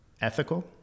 ethical